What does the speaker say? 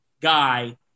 guy